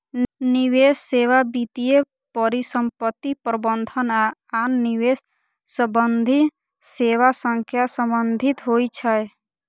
निवेश सेवा वित्तीय परिसंपत्ति प्रबंधन आ आन निवेश संबंधी सेवा सं संबंधित होइ छै